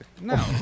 No